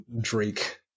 Drake